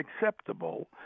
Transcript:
acceptable